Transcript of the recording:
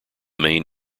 main